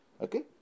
okay